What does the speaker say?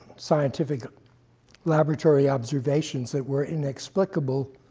scientific laboratory observations that were inexplicable